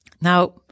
Now